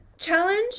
challenge